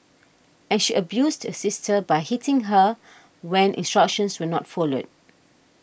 and she abused the sister by hitting her when instructions were not followed